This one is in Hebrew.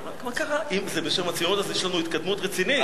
אם זה בשם הציונות, אז יש לנו התקדמות רצינית.